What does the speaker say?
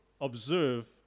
observe